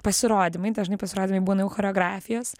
pasirodymai dažnai pasirodymai būna jau choreografijos